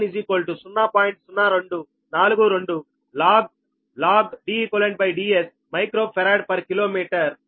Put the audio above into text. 0242 log DeqDs microfarad per kilometre